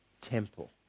temple